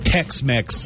Tex-Mex